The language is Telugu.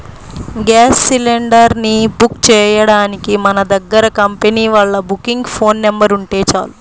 గ్యాస్ సిలిండర్ ని బుక్ చెయ్యడానికి మన దగ్గర కంపెనీ వాళ్ళ బుకింగ్ ఫోన్ నెంబర్ ఉంటే చాలు